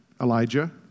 Elijah